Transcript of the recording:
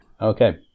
Okay